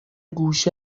گوشه